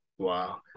wow